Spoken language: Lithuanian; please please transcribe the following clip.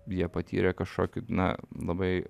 jie patyrė kažkokį na labai